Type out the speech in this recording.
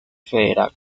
federal